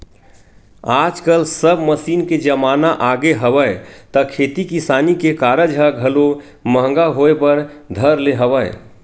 आजकल सब मसीन के जमाना आगे हवय त खेती किसानी के कारज ह घलो महंगा होय बर धर ले हवय